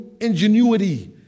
ingenuity